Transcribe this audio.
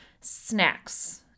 snacks